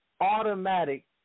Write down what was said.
automatic